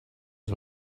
lot